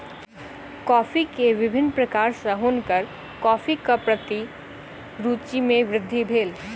coffee के विभिन्न प्रकार सॅ हुनकर कॉफ़ीक प्रति रूचि मे वृद्धि भेल